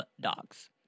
dogs